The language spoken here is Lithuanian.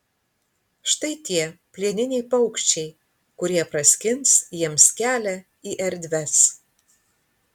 štai tie plieniniai paukščiai kurie praskins jiems kelią į erdves